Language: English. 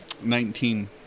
nineteen